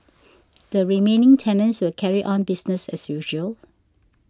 the remaining tenants will carry on business as usual